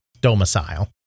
domicile